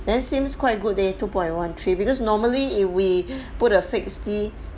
then seems quite good leh two point one three because normally if we put a fixed D